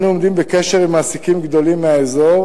אנו עומדים בקשר עם מעסיקים גדולים מהאזור